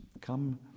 come